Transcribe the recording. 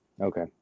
Okay